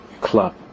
club